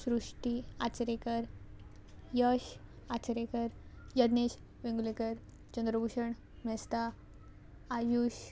Srushti Achrekar Yash Achrekar Yagnesh Vengurlekar Chandrabhushan Mesta Ayush